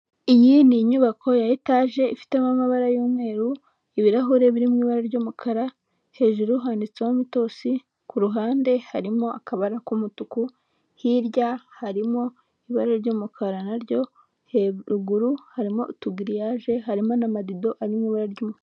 Iyi ni inyubako ya etaje ifitemo amabara y'umweru, ibirahuri birimo ibara ry'umukara, hejuru handitseho mitosi, ku ruhande harimo akabara k'umutuku, hirya harimo ibara ry'umukara, na ryo ruguru harimo utugiriyaje harimo n'amarido ari mu ibara ry'umukara.